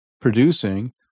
producing